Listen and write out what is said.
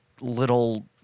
little